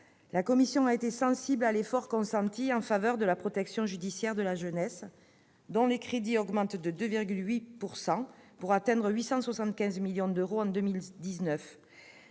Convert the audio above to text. La commission des lois a été sensible à l'effort consenti en faveur de la protection judiciaire de la jeunesse, dont les crédits augmentent de 2,8 %, pour atteindre 875 millions d'euros en 2019.